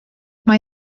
mae